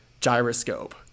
gyroscope